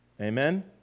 Amen